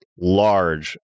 large